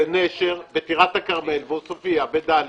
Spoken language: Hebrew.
בנשר, בטירת הכרמל, בעוספיה, בדליה,